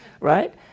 right